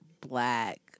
black